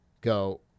go